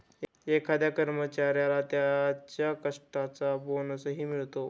एखाद्या कर्मचाऱ्याला त्याच्या कष्टाचा बोनसही मिळतो